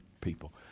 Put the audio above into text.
people